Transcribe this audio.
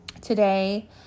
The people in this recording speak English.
today